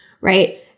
Right